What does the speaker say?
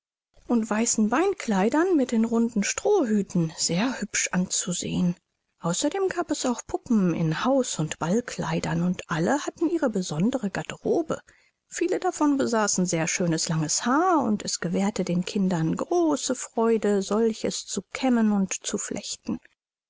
und weißen beinkleidern mit den runden strohhüten sehr hübsch anzusehen außerdem gab es auch puppen in haus und ball kleidern und alle hatten ihre besondere garderobe viele davon besaßen sehr schönes langes haar und es gewährte den kindern große freude solches zu kämmen und zu flechten